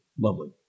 lovely